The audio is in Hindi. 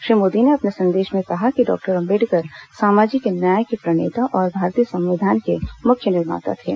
श्री मोदी ने अपने संदेश में कहा कि डॉक्टर अम्बेडकर सामाजिक न्याय के प्रणेता और भारतीय संविधान के मुख्य निर्माता थे